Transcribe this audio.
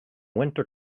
winter